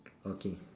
okay